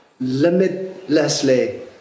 limitlessly